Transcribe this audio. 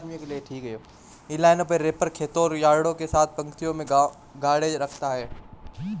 inline wrapper खेतों और यार्डों के साथ पंक्तियों में गांठें रखता है